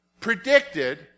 predicted